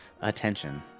attention